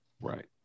Right